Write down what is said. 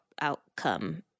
outcome